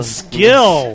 skill